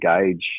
engage